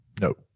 Nope